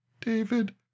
David